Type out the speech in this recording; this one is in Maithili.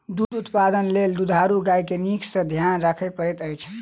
दूध उत्पादन लेल दुधारू गाय के नीक सॅ ध्यान राखय पड़ैत अछि